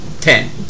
Ten